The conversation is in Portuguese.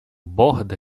borda